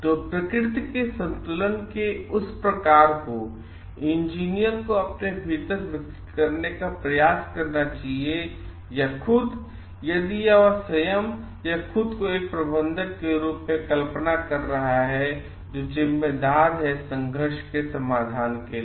तो प्रकृति के संतुलन के उस प्रकार को इंजीनियर को अपने भीतर विकसित करने का प्रयास करना चाहिए या खुद यदि वह स्वयं या खुद को एक प्रबंधक के रूप में कल्पना कर रहा है जो जिम्मेदार है संघर्ष के समाधान के लिए